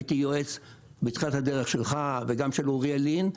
הייתי יועץ בתחילת הדרך שלך וגם של אוריאל לין,